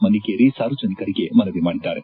ಮನ್ನಿಕೇರಿ ಸಾರ್ವಜನಿಕರಿಗೆ ಮನವಿ ಮಾಡಿದ್ದಾರೆ